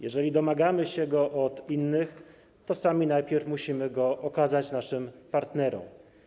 Jeżeli domagamy się go od innych, to sami najpierw musimy go okazać naszym partnerom.